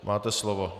Máte slovo.